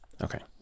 Okay